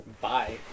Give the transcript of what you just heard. Bye